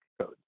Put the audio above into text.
code